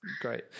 Great